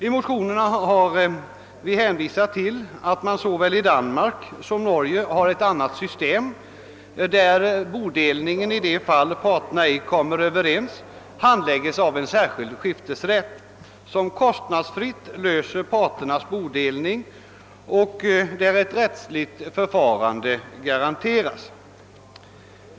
I motionerna har vi hänvisat till att man såväl i Danmark som i Norge har ett annat system, där bodelningen i de fall parterna ej kommer överens förrättas av en särskild skiftesrätt, som kostnadsfritt löser frågan om parternas bodelning, varvid således ett rättsligt förfarande garanteras.